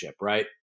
right